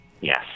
Yes